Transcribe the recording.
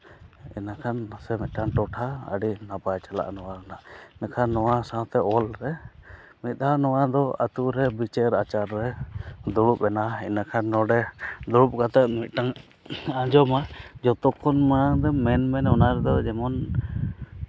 ᱤᱱᱟᱹᱠᱷᱟᱱ ᱢᱟᱥᱮ ᱢᱤᱫᱴᱟᱝ ᱴᱚᱴᱷᱟ ᱟᱹᱰᱤ ᱱᱟᱯᱟᱭ ᱪᱟᱞᱟᱜᱼᱟ ᱱᱚᱣᱟ ᱨᱮᱱᱟᱜ ᱢᱮᱱᱠᱷᱟᱱ ᱱᱚᱣᱟ ᱥᱟᱶᱛᱮ ᱚᱞᱨᱮ ᱢᱤᱫ ᱫᱷᱟᱣ ᱱᱚᱣᱟ ᱫᱚ ᱟᱛᱳ ᱨᱮ ᱵᱤᱪᱟᱹᱨ ᱟᱪᱟᱨ ᱨᱮ ᱫᱩᱲᱩᱵ ᱮᱱᱟ ᱤᱱᱟᱹᱠᱷᱟᱱ ᱱᱚᱰᱮ ᱫᱩᱲᱩᱵ ᱠᱟᱛᱮ ᱢᱤᱫᱴᱟᱝ ᱟᱸᱡᱚᱢᱟ ᱡᱚᱛᱚᱠᱷᱚᱱ ᱢᱟᱲᱟᱝ ᱫᱚ ᱢᱮᱱ ᱢᱮᱱ ᱚᱱᱟ ᱨᱮᱫᱚ ᱡᱮᱢᱚᱱ